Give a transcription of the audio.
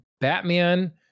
Batman